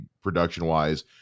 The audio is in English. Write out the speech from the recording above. production-wise